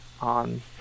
on